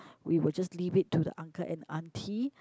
we would just leave it to the uncle and aunty